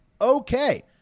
okay